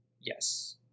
Yes